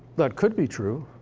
that could be true.